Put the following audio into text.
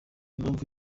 mpamvu